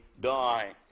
die